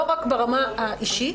לא רק ברמה האישית,